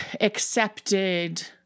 accepted